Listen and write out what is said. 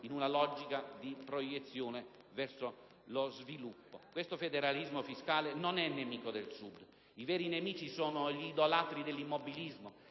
in una logica di proiezione verso lo sviluppo. Questo federalismo fiscale, dunque, non è nemico del Sud: i nemici veri sono gli idolatri dell'immobilismo,